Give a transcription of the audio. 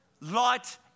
light